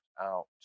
out